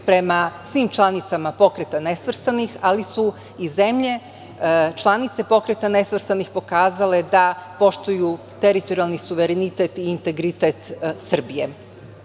prema svim članicama Pokreta nesvrstanih, ali su i zemlje članice Pokreta nesvrstanih pokazale da poštuju teritorijalni suverenitet i integritet Srbije. Egipat